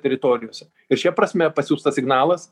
teritorijose ir šia prasme pasiųstas signalas